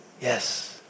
yes